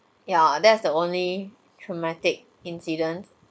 yeah that's the only traumatic incident